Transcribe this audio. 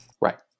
Right